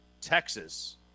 Texas